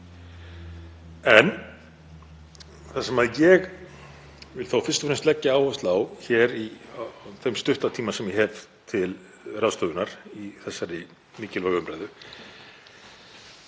En það sem ég vil þó fyrst og fremst leggja áherslu á hér, á þeim stutta tíma sem ég hef til ráðstöfunar í þessari mikilvægu umræðu,